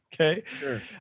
Okay